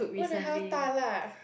what the hell 大辣